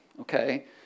okay